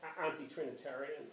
anti-Trinitarian